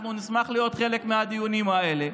אנחנו נשמח להיות חלק מהדיונים האלה.